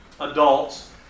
adults